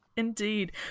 Indeed